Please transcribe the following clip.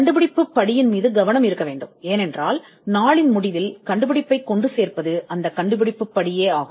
கண்டுபிடிப்பு படி மீது கவனம் செலுத்தப்படுகிறது ஏனென்றால் கண்டுபிடிப்பு படி என்பது நாளின் முடிவில் கண்டுபிடிப்பைக் காணும்